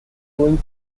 flowing